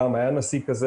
פעם היה נשיא כזה,